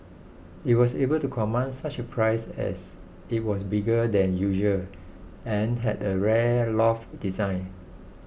it was able to command such a price as it was bigger than usual and had a rare loft design